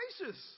gracious